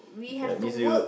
that means you